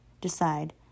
decide